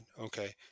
okay